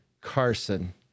Carson